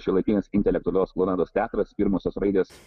šiuolaikinės intelektualios klounados teatras pirmosios raidės